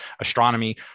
astronomy